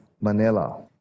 Manila